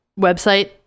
website